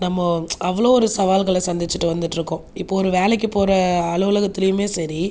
நம்ம அவ்வளோ ஒரு சவால்களை சந்திச்சுட்டு வந்துட்டு இருக்கோம் இப்போது ஒரு வேலைக்கு போகிற அலுவலகத்துலேயுமே சரி